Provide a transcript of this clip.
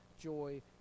joy